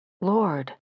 Lord